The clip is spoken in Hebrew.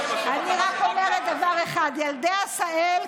בעזרת השם,